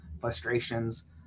frustrations